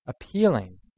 appealing